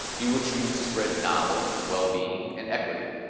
you will choose to spread knowledge, well-being, and equity.